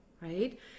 right